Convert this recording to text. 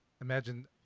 imagine